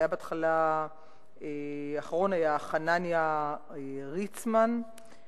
האחרון היה חנניה ריצ'מן,